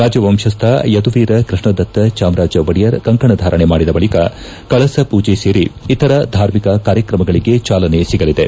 ರಾಜವಂಶಸ್ತ ಯದುವೀರ ಕೃಷ್ಣದತ್ತ ಚಾಮರಾಜ ಒಡೆಯರ್ ಕಂಕಣಧಾರಣೆ ಮಾಡಿದ ಬಳಕ ಕಳಸ ಪೂಜೆ ಸೇರಿ ಇತರ ಧಾರ್ಮಿಕ ಕಾರ್ಯಕ್ರಮಗಳಿಗೆ ಚಾಲನೆ ಸಿಗಲಿದೆ